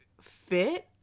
fit